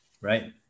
Right